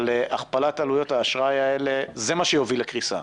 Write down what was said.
אבל הכפלת עלויות האשראי האלה זה מה שיוביל לקריסה.